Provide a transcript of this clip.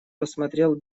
рассмотрел